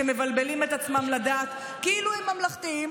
שמבלבלים את עצמם לדעת כאילו הם ממלכתיים.